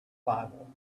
bible